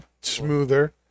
Smoother